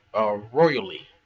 royally